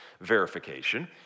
verification